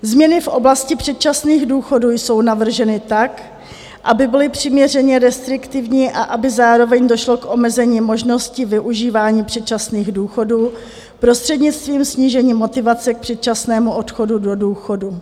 Změny v oblasti předčasných důchodů jsou navrženy tak, aby byly přiměřeně restriktivní a aby zároveň došlo k omezení možnosti využívání předčasných důchodů prostřednictvím snížení motivace k předčasnému odchodu do důchodu.